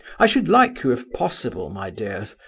i should like you, if possible, my dears,